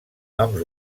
noms